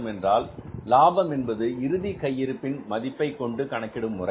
என்றால் லாபம் என்பது இறுதி கையிருப்பில் மதிப்பை கொண்டு கணக்கிடும் முறை